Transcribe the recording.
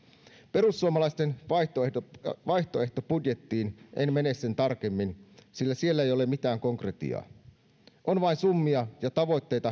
perussuomalaisten vaihtoehtobudjettiin en mene sen tarkemmin sillä siellä ei ole mitään konkretiaa on vain kevyesti heitettyjä summia ja tavoitteita